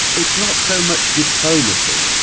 it's not so much diplomacy.